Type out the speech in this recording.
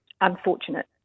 unfortunate